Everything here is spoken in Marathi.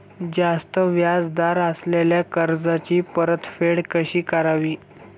जास्त व्याज दर असलेल्या कर्जाची परतफेड कशी करावी?